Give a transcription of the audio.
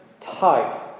type